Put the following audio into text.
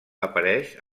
apareix